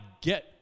get